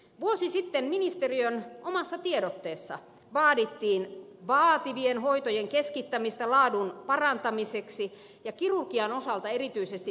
vuosi sitten ministeriön omassa tiedotteessa vaadittiin vaativien hoitojen keskittämistä laadun parantamiseksi ja kirurgian osalta erityisesti todettiin seuraavasti